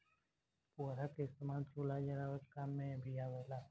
पुअरा के इस्तेमाल चूल्हा जरावे के काम मे भी आवेला